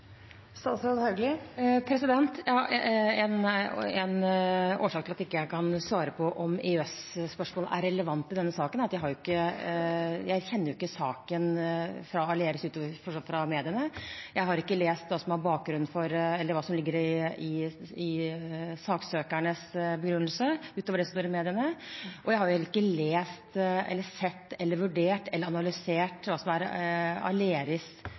En årsak til at jeg ikke kan svare på om EØS-spørsmålet er relevant i denne saken, er at jeg ikke kjenner saken om Aleris utover det som står i mediene. Jeg har ikke lest hva som ligger i saksøkernes begrunnelse utover det som står i mediene. Jeg har heller ikke lest, vurdert eller analysert hva som er Aleris’